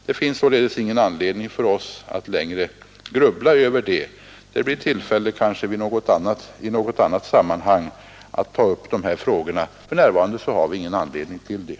Det finns ingen anledning för oss att längre grubbla över det. Det blir kanske tillfälle att ta upp dessa frågor i något annat sammanhang. För närvarande har vi ingen anledning till det.